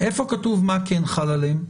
איפה כתוב מה כן חל עליהם?